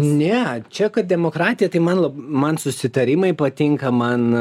ne čia kad demokratija tai man labai man susitarimai patinka man